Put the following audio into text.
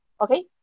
Okay